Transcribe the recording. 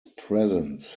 presence